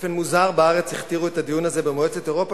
באופן מוזר בארץ הכתירו את הדיון הזה במועצת אירופה